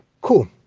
Cool